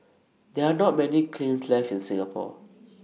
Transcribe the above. there are not many kilns left in Singapore